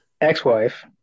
ex-wife